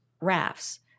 rafts